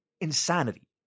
insanity